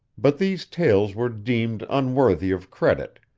but these tales were deemed unworthy of credit,